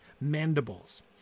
mandibles